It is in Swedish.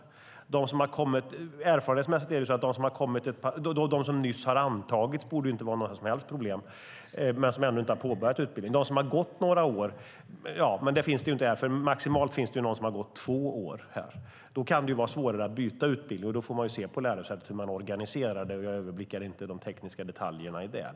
För dem som har antagits men ännu inte påbörjat utbildningen borde det inte vara något som helst problem. För dem som har gått några år - här handlar det om personer som har gått maximalt två år - kan det vara svårare att byta utbildning. Då får man på lärosätet se hur man organiserar det. Jag överblickar inte de tekniska detaljerna i detta.